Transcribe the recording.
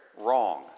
wrong